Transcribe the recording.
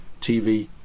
TV